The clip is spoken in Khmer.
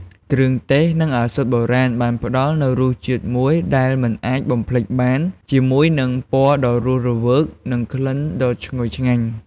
គ្រឿងទេស និងឱសថបុរាណបានផ្តល់នូវរសជាតិមួយដែលមិនអាចបំភ្លេចបាន ជាមួយនឹងពណ៌ដ៏រស់រវើក និងក្លិនដ៏ឈ្ងុយឆ្ងាញ់។